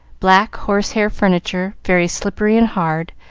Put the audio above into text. black horse-hair furniture, very slippery and hard,